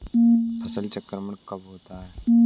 फसल चक्रण कब होता है?